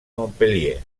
montpellier